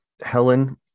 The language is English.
Helen